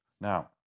Now